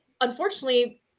unfortunately